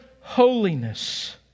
holiness